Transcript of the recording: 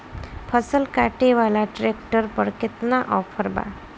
फसल काटे वाला ट्रैक्टर पर केतना ऑफर बा?